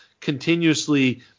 continuously